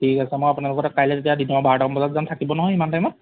ঠিক আছে মই আপোনালোকৰ তাত কাইলৈ তেতিয়া দিনৰ বাৰটামান বজাত যাম থাকিব নহয় সিমান টাইমত